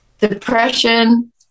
depression